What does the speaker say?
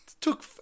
Took